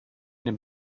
den